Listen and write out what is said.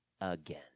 again